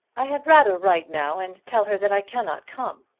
i had rather write now and tell her that i cannot come.